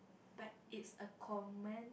but it's a common